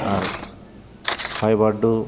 ᱟᱨ ᱦᱚᱭ ᱵᱟᱹᱨᱰᱩ